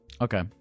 okay